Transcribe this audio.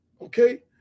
okay